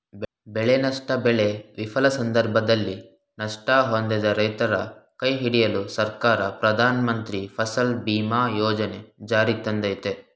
ಬೆಳೆನಷ್ಟ ಬೆಳೆ ವಿಫಲ ಸಂದರ್ಭದಲ್ಲಿ ನಷ್ಟ ಹೊಂದಿದ ರೈತರ ಕೈಹಿಡಿಯಲು ಸರ್ಕಾರ ಪ್ರಧಾನಮಂತ್ರಿ ಫಸಲ್ ಬಿಮಾ ಯೋಜನೆ ಜಾರಿಗ್ತಂದಯ್ತೆ